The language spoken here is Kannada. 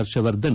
ಹರ್ಷವರ್ಧನ್